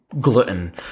Gluten